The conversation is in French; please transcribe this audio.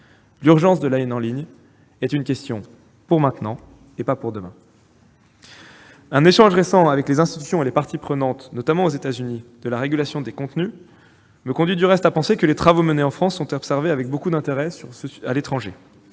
urgente de la haine en ligne doit être traitée maintenant, et non demain. Un échange récent avec les institutions et les parties prenantes, notamment américaines, de la régulation des contenus me conduit du reste à penser que les travaux menés en France sont observés avec beaucoup d'intérêt à l'étranger,